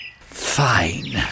Fine